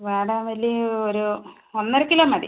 വാടാമല്ലി ഒരു ഒന്നര കിലോ മതി